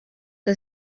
que